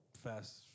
Fast